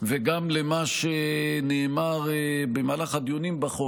וגם למה שנאמר במהלך הדיונים בחוק,